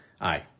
Aye